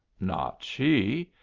not she.